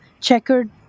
checkered